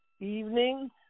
evening